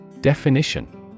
Definition